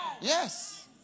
Yes